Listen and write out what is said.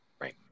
Right